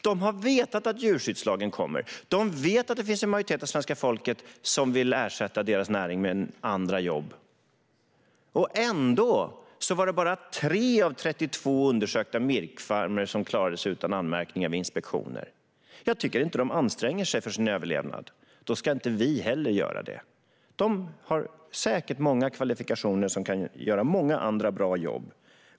De har vetat att djurskyddslagen kommer. De vet att det finns en majoritet av svenska folket som vill ersätta deras näring med andra jobb. Ändå var det bara tre av 32 undersökta minkfarmer som klarade sig utan anmärkningar vid inspektioner. Jag tycker inte att de anstränger sig för sin överlevnad. Då ska inte vi heller göra det. De har säkert många kvalifikationer och kan göra många andra bra jobb.